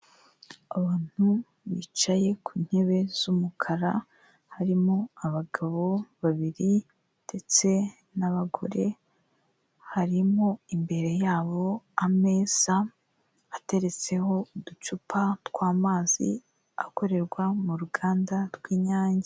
Abantu bicaye ku ntebe z'umukara harimo abagabo babiri ndetse nabagore harimo imbere yabo ameza ateretseho uducupa twamazi akorerwa mu ruganda rw'inyange.